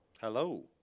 Hello